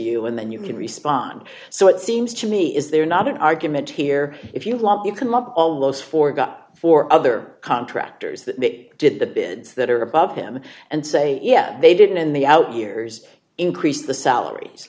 you and then you can respond so it seems to me is there not an argument here if you want you can lob almost forgot for other contractors that did the bids that are above him and say yeah they didn't in the out years increase the salaries